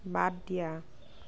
বাদ দিয়া